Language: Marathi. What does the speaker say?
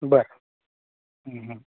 बर हं हं